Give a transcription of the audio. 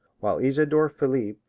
while isidor philipp,